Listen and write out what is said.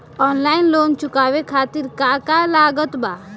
Online loan चुकावे खातिर का का लागत बा?